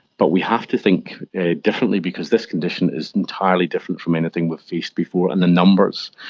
but we have to think differently because this condition is entirely different from anything we've faced before, and the numbers,